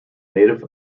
native